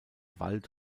wald